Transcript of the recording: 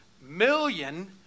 million